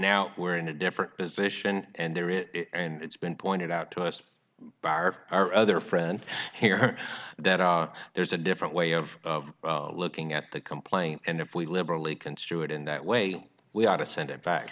now we're in a different position and there is and it's been pointed out to us by our our other friends here that our there's a different way of looking at the complaint and if we liberally construe it in that way we ought to send it back